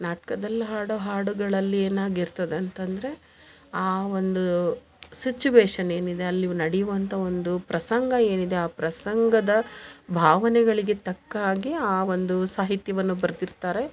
ನಾಟ್ಕದಲ್ಲಿ ಹಾಡೊ ಹಾಡುಗಳಲ್ಲಿ ಏನಾಗಿರ್ತದೆ ಅಂತಂದರೆ ಆ ಒಂದು ಸಿಚುವೇಶನ್ ಏನಿದೆ ಅಲ್ಲಿ ನಡಿಯುವಂಥಾ ಒಂದು ಪ್ರಸಂಗ ಏನಿದೆ ಆ ಪ್ರಸಂಗದ ಭಾವನೆಗಳಿಗೆ ತಕ್ಕ ಹಾಗೆ ಆ ಒಂದು ಸಾಹಿತ್ಯವನ್ನು ಬರ್ದಿರ್ತಾರೆ